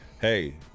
hey